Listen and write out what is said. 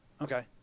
Okay